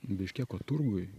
biškeko turguj